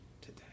today